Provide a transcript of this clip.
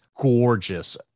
gorgeous